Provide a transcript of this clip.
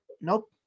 Nope